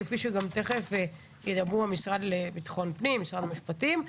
כפי שגם תכף ידברו המשרד לביטחון פנים ומשרד המשפטים.